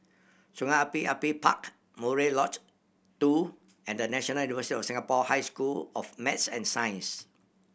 Sungei Api Api Park Murai Lodge Two and National University of Singapore High School of Math and Science